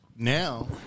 Now